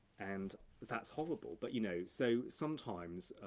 and that's horrible, but you know, so sometimes,